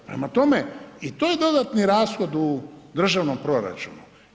Prema tome i to je dodatni rashod u državnom proračunu.